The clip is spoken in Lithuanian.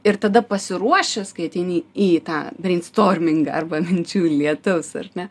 ir tada pasiruošęs kai ateini į tą breinstormingą arba minčių lietus ar ne